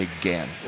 again